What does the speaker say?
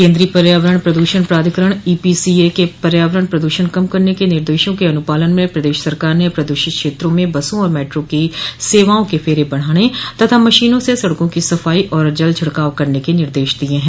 केन्द्रीय पर्यावरण प्रदूषण प्राधिकरण ईपीसीए के पर्यावरण प्रदूषण कम करने के निर्देशों के अनुपालन में प्रदेश सरकार ने प्रदूषित क्षेत्रों में बसों और मेट्रों की सेवाओं के फेरे बढ़ाने तथा मशीनों से सड़कों की सफाई और जल छिड़कांव करने के निर्देश दिये है